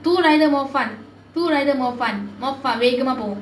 two rider more fun two rider more fun more far வேகமா போகும்:veygamaa poogum